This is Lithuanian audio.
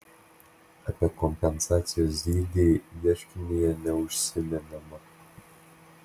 apie kompensacijos dydį ieškinyje neužsimenama